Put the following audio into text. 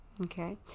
Okay